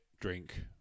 drink